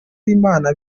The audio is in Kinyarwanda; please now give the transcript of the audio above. b’imana